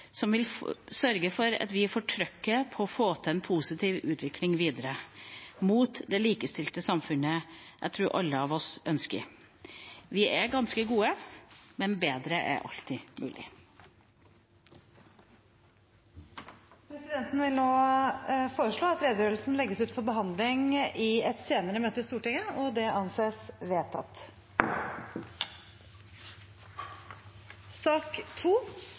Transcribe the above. som vil sørge for at vi får trøkket på for å få til en positiv utvikling videre mot det likestilte samfunnet jeg tror alle av oss ønsker. Vi er ganske gode, men bedre er alltid mulig. Presidenten vil foreslå at redegjørelsen legges ut for behandling i et senere møte i Stortinget. – Det anses vedtatt.